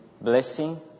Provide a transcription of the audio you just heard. blessing